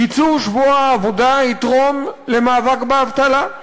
קיצור שבוע העבודה יתרום למאבק באבטלה,